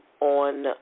on